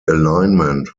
alignment